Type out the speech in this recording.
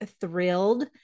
thrilled